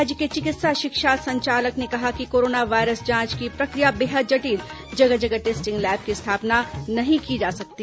राज्य के चिकित्सा शिक्षा संचालक ने कहा कि कोरोना वायरस जांच की प्रक्रिया बेहद जटिल जगह जगह टेस्टिंग लैब की स्थापना नहीं की जा सकती